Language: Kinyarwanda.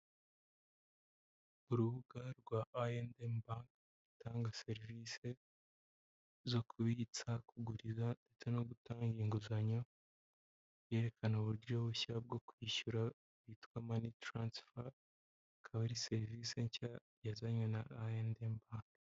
urubuga rwa I&M Bank rutanga serivisi zo kubitsa, kugurira ndetse no gutanga inguzanyo, byerekana uburyo bushya bwo kwishyura bwitwa money transfer, ikaba ari serivisi nshya yazanywe na I&M Bank.